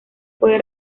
puede